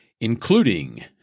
including